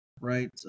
right